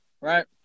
right